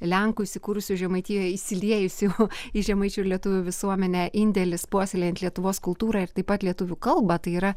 lenkų įsikūrusių žemaitijoj įsiliejusių į žemaičių ir lietuvių visuomenę indėlis puoselėjant lietuvos kultūrą ir taip pat lietuvių kalbą tai yra